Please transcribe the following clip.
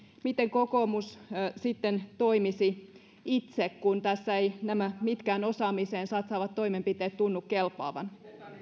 miten kokoomus sitten toimisi itse kun tässä eivät nämä mitkään osaamiseen satsaavat toimenpiteet tunnu kelpaavan